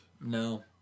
No